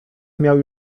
miał